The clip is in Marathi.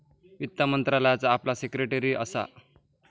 वित्त मंत्रालयाचा आपला सिक्रेटेरीयेट असा